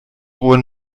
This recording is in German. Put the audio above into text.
ruhe